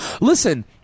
Listen